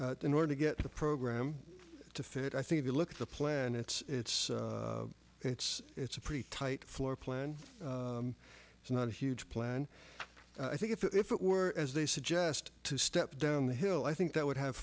that in order to get the program to fit i think you look at the plan it's it's it's a pretty tight floor plan it's not a huge plan i think if it were as they suggest to step down the hill i think that would have